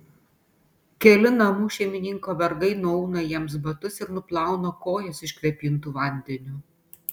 keli namų šeimininko vergai nuauna jiems batus ir nuplauna kojas iškvėpintu vandeniu